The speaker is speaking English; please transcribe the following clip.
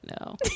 No